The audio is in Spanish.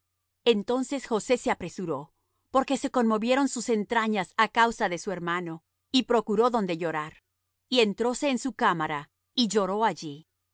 entonces josé se apresuró porque se conmovieron sus entrañas á causa de su hermano y procuró donde llorar y entróse en su cámara y lloró allí